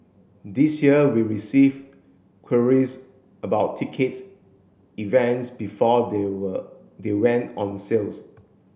this year we receive queries about tickets events before they were they went on sales